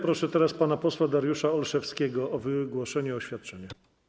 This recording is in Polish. Proszę teraz pana posła Dariusza Olszewskiego o wygłoszenie oświadczenia.